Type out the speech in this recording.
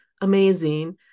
amazing